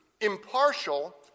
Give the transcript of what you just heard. impartial